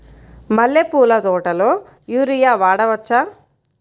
మల్లె పూల తోటలో యూరియా వాడవచ్చా?